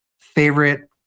favorite